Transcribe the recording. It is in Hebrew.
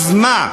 אז מה?